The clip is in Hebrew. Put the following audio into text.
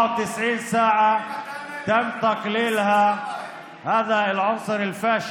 זה לא יעזור לכם.